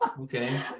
Okay